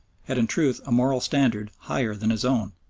had in truth a moral standard higher than his own,